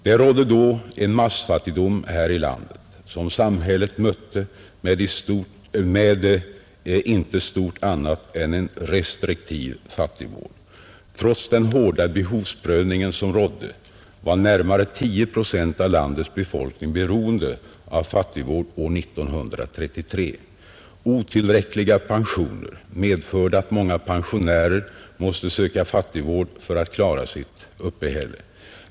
Det rådde då en massfattigdom här i landet, som samhället mötte med inte stort annat än en restriktiv fattigvård. Trots den hårda behovsprövning som rådde var närmare 10 procent av landets befolkning beroende av fattigvård år 1933. Otillräckliga pensioner medförde att många pensionärer måste söka fattigvård för att klara sitt uppehälle.